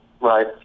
Right